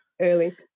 early